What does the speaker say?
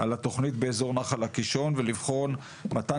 על התוכנית באזור נחל הקישון ולבחון מתן